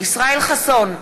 ישראל חסון,